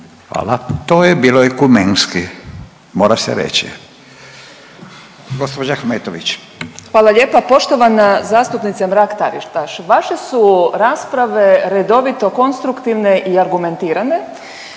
Hvala. To je bilo ekumenski, mora se reći. Gđa. Ahmetović. **Ahmetović, Mirela (SDP)** Hvala lijepa. Poštovana zastupnice Mrak-Taritaš, vaše su rasprave redovito konstruktivne i argumentirane,